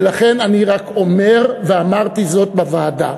ולכן אני רק אומר, ואמרתי זאת בוועדה,